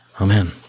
Amen